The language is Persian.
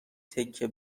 تکه